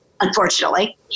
unfortunately